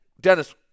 Dennis